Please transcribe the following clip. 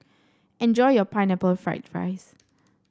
enjoy your Pineapple Fried Rice